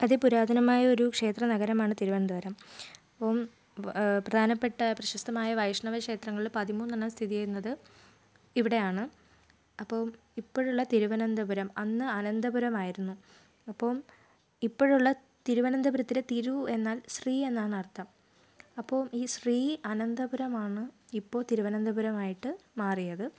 അതിപുരാതനമായ ഒരു ക്ഷേത്ര നഗരമാണ് തിരുവനന്തപുരം അപ്പോൾ പ്രധാനപ്പെട്ട പ്രശസ്തമായ വൈഷ്ണവ ക്ഷേത്രങ്ങളിൽ പതിമൂന്ന് എണ്ണം സ്ഥിതി ചെയ്യുന്നത് ഇവിടെയാണ് അപ്പോൾ ഇപ്പോഴുള്ള തിരുവനന്തപുരം അന്ന് അനന്തപുരമായിരുന്നു അപ്പോൾ ഇപ്പോഴുള്ള തിരുവനന്തപുരത്തിലെ തിരൂ എന്നാൽ ശ്രീ എന്നാണ് അർത്ഥം അപ്പോൾ ഈ ശ്രീ അനന്തപുരമാണ് ഇപ്പോൾ തിരുവനന്തപുരമായിട്ട് മാറിയത്